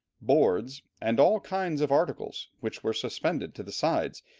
boards, and all kinds of articles which were suspended to the sides,